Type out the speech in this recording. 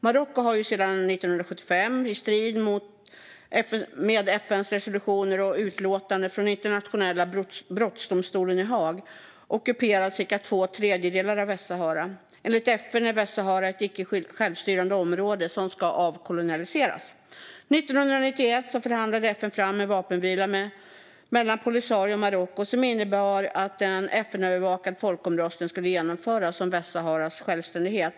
Marocko har sedan 1975, i strid med FN:s resolutioner och utlåtanden från Internationella brottmålsdomstolen i Haag, ockuperat cirka två tredjedelar av Västsahara. Enligt FN är Västsahara ett icke självstyrande område som ska avkolonialiseras. År 1991 förhandlade FN fram en vapenvila mellan Polisario och Marocko som innebar att en FN-övervakad folkomröstning skulle genomföras om Västsaharas självständighet.